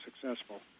successful